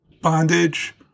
bondage